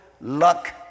luck